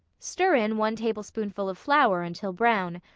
stir in one tablespoonful of flour until brown.